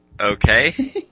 Okay